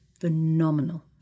phenomenal